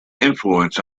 influence